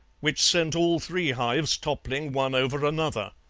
which sent all three hives toppling one over another.